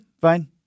fine